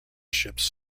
ships